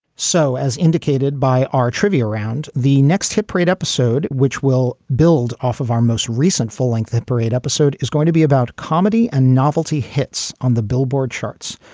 so as indicated by our trivia round, the next hit parade episode, which will build off of our most recent full-length and separate episode, is going to be about comedy and novelty hits on the billboard charts.